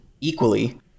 equally